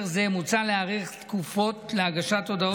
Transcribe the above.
זה מוצע להאריך תקופות להגשת הודעות,